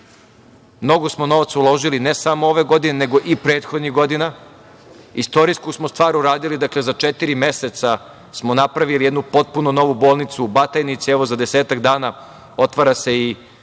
Mnogo smo novca uložili ne samo ove godine, nego i prethodnih godina. Istorijsku smo stvar uradili, dakle za četiri meseca smo napravili jednu potpuno novu bolnicu u Batajnici. Evo za desetak dana otvara se i